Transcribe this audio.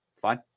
fine